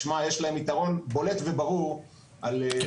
משמע יש להם יתרון בולט וברור על המפעלים הראויים.